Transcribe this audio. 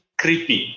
creepy